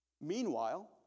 Meanwhile